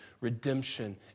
redemption